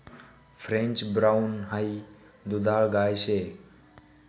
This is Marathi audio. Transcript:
फ्रेंच ब्राउन हाई दुधाळ गाय शे